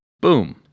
boom